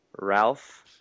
Ralph